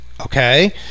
Okay